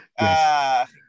Yes